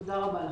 תודה רבה לכם.